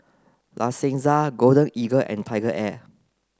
La Senza Golden Eagle and TigerAir